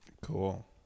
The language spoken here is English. Cool